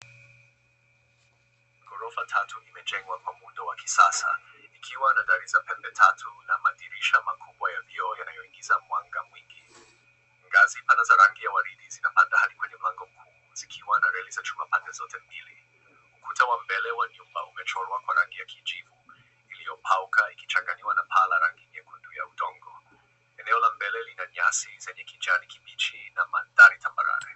Gorofa tatu zimejengwa kwa muundo wa kisasa zikiwa na dari za pembe tatu na madirisha makubwa ya vioo yanayoingiza mwanga mwingi. Ngazi pana za rangi ya ua ridi zinahadhari kwenye lango kuu zikiwa na reli pande zote mbili. umechorwa kwa rangi ya kijivu iliyokauka ikichanganyiwa na paa la rangi nyekundu ya udongo. Eneo la mbele lina nyasi yenye rangi ya kibichi na mandhari tambarare.